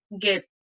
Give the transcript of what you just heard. get